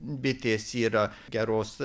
bitės yra geros